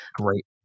Great